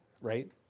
right